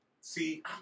See